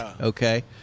Okay